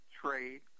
trade